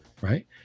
right